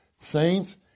Saints